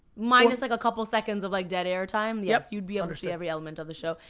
minus like a couple of seconds of like dead air time, yes you'd be able to see every element of the show.